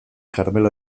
karmelo